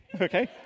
Okay